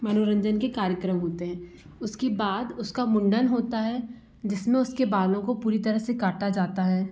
मनोरंजन के कार्यक्रम होते हैं उसके बाद उसका मुंडन होता है जिसमें उसके बालों को पूरी तरह से काटा जाता है